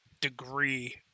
degree